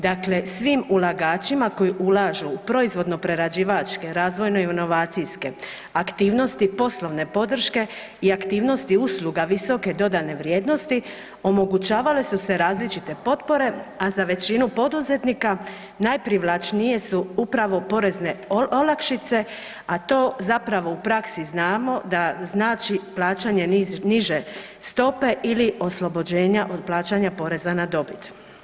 Dakle, svim ulagačima koji ulažu u proizvodno-prerađivačke razvojne i inovacijske aktivnosti, poslovne podrške i aktivnosti usluga visoke dodane vrijednosti, omogućavale su se različite potpore a za većinu poduzetnika najprivlačniji su upravo porezne olakšice a to zapravo u praksi znamo da znači plaćanje niže stope ili oslobođenja od plaćanja poreza na dobit.